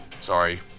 sorry